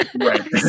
Right